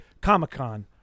Comic-Con